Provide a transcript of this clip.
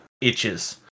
itches